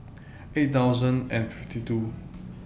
eight thousand and fifty two